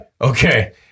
Okay